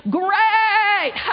great